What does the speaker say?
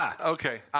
Okay